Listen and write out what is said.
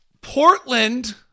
Portland